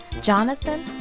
Jonathan